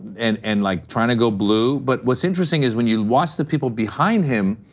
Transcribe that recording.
and and like trying to go blue. but what's interesting is when you watch the people behind him,